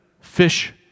fish